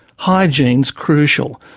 hygiene's crucial,